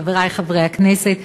חברי חברי הכנסת,